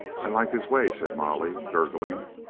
i like his way, said molly, gurgling.